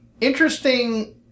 interesting